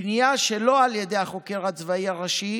פנייה שלא על ידי החוקר הצבאי הראשי